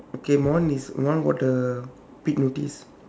okay my one is my one got a big notice